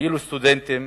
וסטודנטים